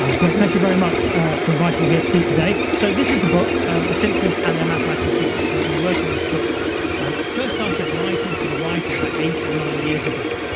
um great. thank you very much for inviting me here to speak today. so this is the book the simpsons and their mathematical secrets. i've been working on this book i um first started writing to the writers about eight or nine years ago.